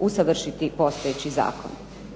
usavršiti postojeći zakon.